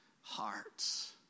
hearts